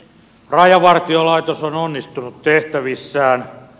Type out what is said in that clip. rajavartiolaitos on onnistunut tehtävissään